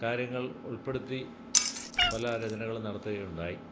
കാര്യങ്ങൾ ഉൾപ്പെടുത്തി പല രചനകളും നടത്തുകയുണ്ടായി